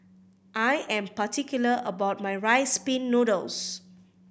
I am particular about my Rice Pin Noodles